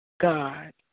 God